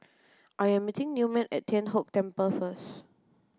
I am meeting Newman at Tian Kong Temple first